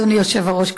אדוני היושב-ראש,